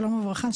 שלום וברכה,